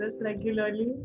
regularly